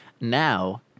now